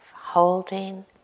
holding